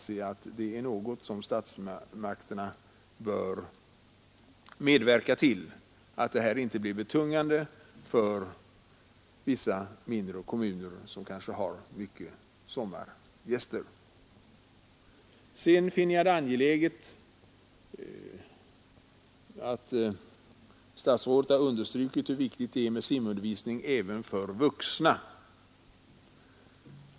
Statsmakterna bör medverka till att dessa kostnader inte blir alltför betungande för vissa mindre kommuner som kanske har många sommargäster. Vidare finner jag det värdefullt att statsrådet har understrukit hur angeläget det är med simundervisning även för vuxna.